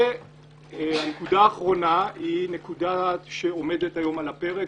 הנקודה האחרונה היא נקודה שעומדת היום על הפרק,